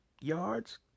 yards